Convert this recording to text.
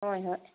ꯍꯣꯏ ꯍꯣꯏ